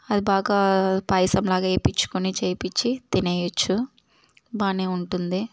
అది బాగా పాయసం లాగ ఎపిచ్చుకొని చేపిచ్చి తినేయొచ్చు బాగానే ఉంటుంది